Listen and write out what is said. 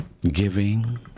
giving